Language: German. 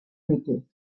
mittel